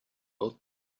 both